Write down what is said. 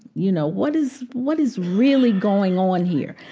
you know, what is what is really going on here?